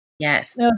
Yes